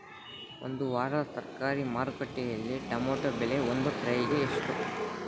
ಈ ವಾರದ ತರಕಾರಿ ಮಾರುಕಟ್ಟೆಯಲ್ಲಿ ಟೊಮೆಟೊ ಬೆಲೆ ಒಂದು ಟ್ರೈ ಗೆ ಎಷ್ಟು?